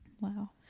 Wow